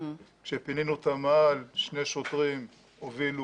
כשפינינו את המאהל שני שוטרים הובילו